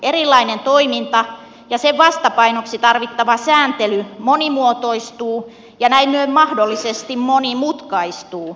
erilainen toiminta ja sen vastapainoksi tarvittava sääntely monimuotoistuu ja näin mahdollisesti monimutkaistuu